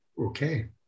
Okay